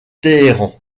téhéran